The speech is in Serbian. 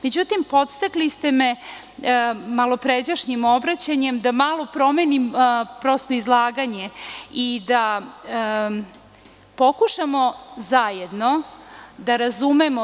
Podstakli ste me malopređašnjim obraćanjem da malo promenim izlaganje i da pokušamo zajedno da razumemo.